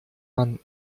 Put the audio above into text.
man